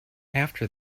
after